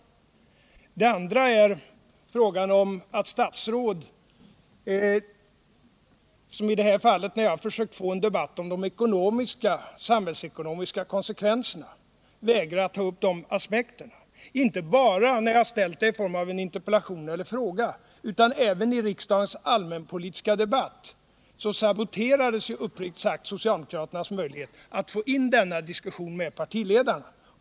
Min andra anmärkning är att när man försöker ta upp en debatt om de samhällsekonomiska konsekvenserna — som jag har gjort i det här fallet — så vägrar statsråden att ta upp de aspekterna. Inte bara när jag framställt en interpellation eller en fråga utan även i riksdagens allmänpolitiska debatt har man uppriktigt sagt saboterat socialdemokraternas möjligheter att gå in i diskussion med partiledarna.